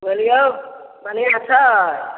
बोलिऔ बढ़िआँ छै